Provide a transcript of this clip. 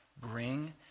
bring